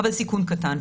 אבל סיכון קטן.